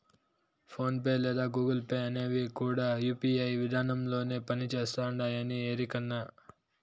phone pay లేదా Google Pay అనేవి కూడా యూ.పీ.ఐ విదానంలోనే పని చేస్తుండాయని ఎరికేనా